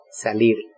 salir